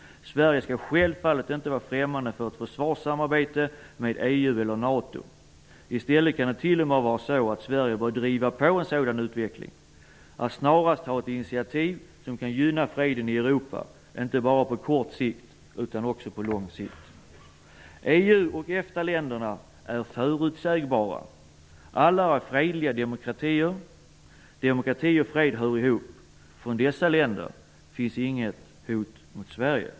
Sverige skall självfallet inte vara främmande för ett försvarssamarbete med EU eller NATO. I stället kan det t.o.m. vara så att Sverige bör driva på en sådan utveckling genom att snarast ta ett initiativ som kan gynna freden i Europa, inte bara på kort sikt utan också på lång sikt. EU och EFTA-länderna är förutsägbara. Alla är fredliga demokratier. Demokrati och fred hör ihop. Från dessa länder finns inget hot mot Sverige.